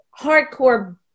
hardcore